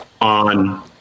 on